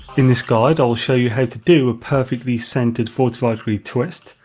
in this guide i will show you how to do a perfectly centered forty five degree twist.